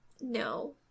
No